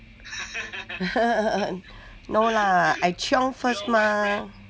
no lah I chiong first mah